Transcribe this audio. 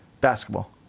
Basketball